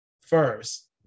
first